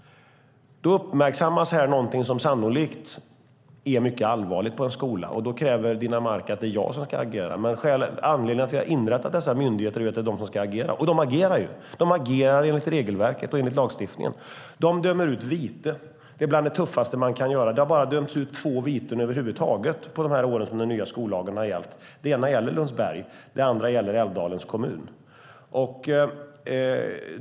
Här uppmärksammas något som sannolikt är mycket allvarligt på en skola. Då kräver Rossana Dinamarca att det är jag som ska agera. Men anledningen till att vi har inrättat dessa myndigheter är ju att det är de som ska agera, och de agerar också. De agerar enligt regelverket och lagstiftningen. De dömer ut vite. Det är bland det tuffaste man kan göra. Det har bara dömts ut två viten över huvud taget under de år som den nya skollagen har gällt. Det ena gäller Lundsberg, och det andra gäller Älvdalens kommun.